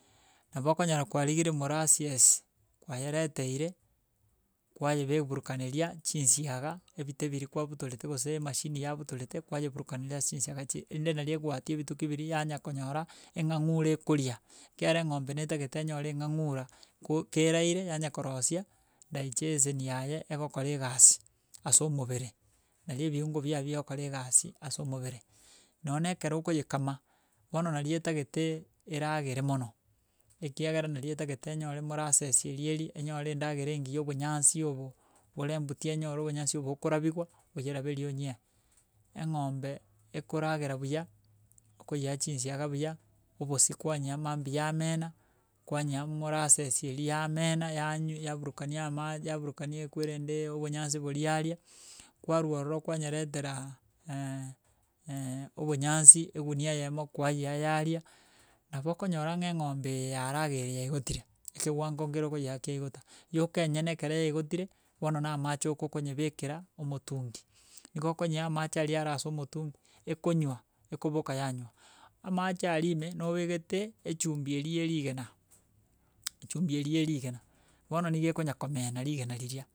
Nabo okonyora kwarigire morasies, kwayereteire kwaye be burukaneria chinsiaga, ebite biri kwabutorete gose emashine yabutorete kwayeburukanera ase chinsiga chire, erinde nari egwatia ebituke biri yanya konyora, eng'ang'ure ekoria, ekiagera eng'ombe naeteagete enyore eng'ang'ura ko keraire, yanya korosia digestion yaye egokora egasi ase omobere, nari ebiungo bia bigokora egasi ase omobere. Nonya na ekero okoyekama, bono nari etagete, eragere mono, ekiagera nari etagete enyore morases eri eri, enyore endagera engiya obonyansi obo bore embuti enyore obonyansi obo bokorabiwa, oyeraberi onyie. Eng'ombe ekoragera buya okoyea chinsiaga buya, obosi kwanyea mambia yamena, kwanyea morases eri yamena yanywa yaburukani amache yaburukani ekwerende obonyansi bori yaria, kwarwa ororo kwanyeretera obonyansi egunia eyemo kwayea yaria, nabo okonyora ng'a eng'ombe eye yarageire yaigotire, ekewango nkere okoyea kiagota. Yoka enyene ekera yaigotire bono na amache oka okonyebekera omotungi. igo okonyea amache ari are ase omotungi, ekonywa, ekoboka yanywa, amache ari ime nobekete echumbi eri ya erigena, echumbi eri ya erigena. Bono niga ekonya komena rigena riria.